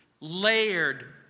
layered